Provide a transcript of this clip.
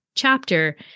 chapter